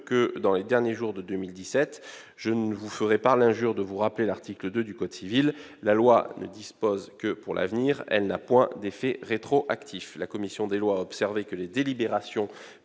que dans les derniers jours de 2017. Je ne vous ferai pas l'injure de vous rappeler l'article 2 du code civil :« La loi ne dispose que pour l'avenir ; elle n'a point d'effet rétroactif. » La commission des lois a observé que les délibérations